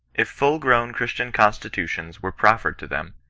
if full-grown christian constitutions were proffered to them,